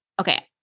Okay